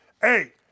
Hey